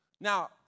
Now